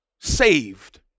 saved